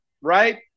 right